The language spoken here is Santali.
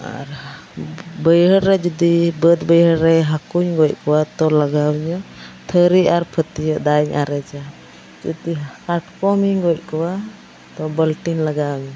ᱟᱨ ᱵᱟᱹᱭᱦᱟᱹᱲᱨᱮ ᱡᱚᱫᱤ ᱵᱟᱹᱫᱽᱼᱵᱟᱹᱭᱦᱟᱹᱲᱨᱮ ᱦᱟᱠᱚᱧ ᱜᱚᱡ ᱠᱚᱣᱟ ᱛᱚ ᱞᱟᱜᱟᱣᱟᱹᱧᱟᱹ ᱛᱷᱟᱹᱨᱤ ᱟᱨ ᱯᱷᱟᱹᱛᱭᱟᱹᱜ ᱫᱟᱜᱤᱧ ᱟᱨᱮᱡᱟ ᱡᱚᱫᱤ ᱠᱟᱴᱠᱚᱢᱤᱧ ᱜᱚᱡ ᱠᱚᱣᱟ ᱛᱚ ᱵᱟᱹᱞᱴᱤᱱ ᱞᱟᱜᱟᱣᱤᱧᱟᱹ